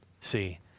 See